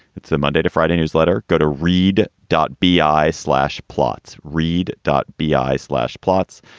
it's a monday to friday newsletter. go to read dot b i slash plotz, read dot b i slash plots.